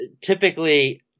typically